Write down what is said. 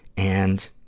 and,